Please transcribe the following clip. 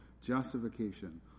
justification